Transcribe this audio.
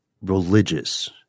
religious